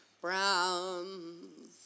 Browns